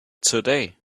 today